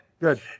good